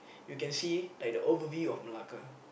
you can see like the overview of Malacca